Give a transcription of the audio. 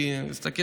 הוא היה קשה,